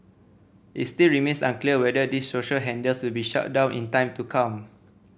it still remains unclear whether these social handles will be shut down in time to come